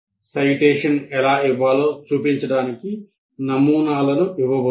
citation ఎలా ఇవ్వాలో చూపించడానికి నమూనాలను ఇవ్వవచ్చు